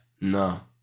No